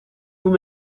vous